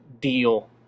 deal